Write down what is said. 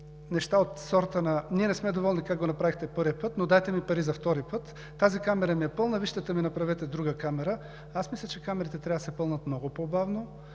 неща от сорта на: ние не сме доволни как го направихте първия път, но дайте ни пари за втори път; тази камера ми е пълна, вижте, та ми направете друга камера? Аз мисля, че камерите трябва да се пълнят много по-бавно,